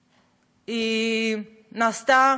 היא נעשתה